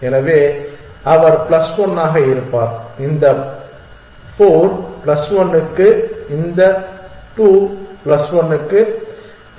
எனவே அவர் பிளஸ் 1 ஆக இருப்பார் இந்த 4 பிளஸ் 1 க்கு இந்த 2 பிளஸ் 1 க்கு பிளஸ் 3 ஆகும்